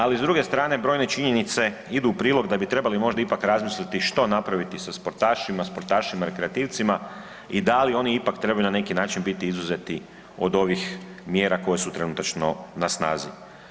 Ali s druge strane brojne činjenice idu u prilog da bi trebali možda ipak razmislili što napraviti sa sportašima, sportašima rekreativcima i da li oni ipak trebaju na neki način biti izuzeti od ovih mjera koje su trenutačno na snazi.